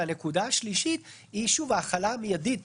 הנקודה השלישית היא ההחלה המיידית פה.